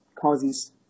causes